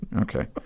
Okay